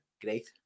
Great